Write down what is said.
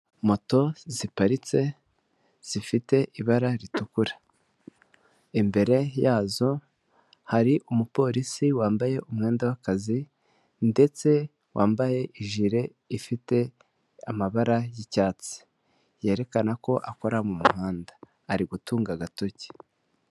Moto ziparitse zifite ibara ritukura imbere yazo hari umupolisi wambaye umwenda w'akazi ndetse wambaye jile ifite amabara y'icyatsi, yerekana ko akora mu muhanda ari gutunga agatoki.